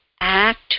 act